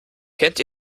kennt